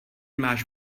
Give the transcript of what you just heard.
máš